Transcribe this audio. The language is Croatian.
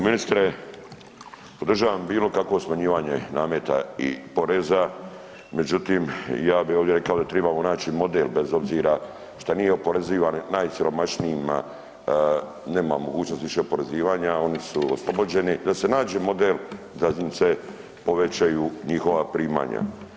Ministre, podržavam bilo kakvo smanjivanje nameta i poreza, međutim ja bih ovdje rekao da tribamo naći model bez obzira šta nije oporezivan najsiromašnijima nema mogućnosti više oporezivanja oni su oslobođeni da se nađe model da im se povećaju njihova primanja.